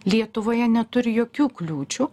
lietuvoje neturi jokių kliūčių